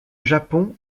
japon